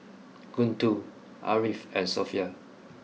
Guntur Ariff and Sofea